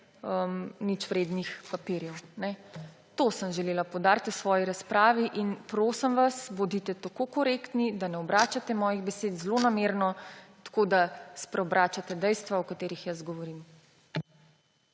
ničvrednih papirjev. To sem želela poudariti v svoji razpravi in prosim vas, bodite tako korektni, da ne obračate mojih besed zlonamerno tako, da spreobračate dejstva, o katerih jaz govorim.